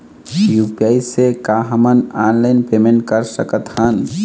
UPI से का हमन ऑनलाइन पेमेंट कर सकत हन?